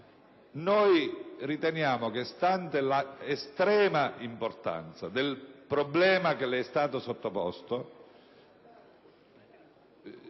Noi riteniamo che, stante l'estrema importanza del problema che le è stato sottoposto,